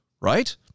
Right